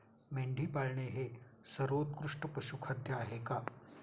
मेंढी पाळणे हे सर्वोत्कृष्ट पशुखाद्य आहे का?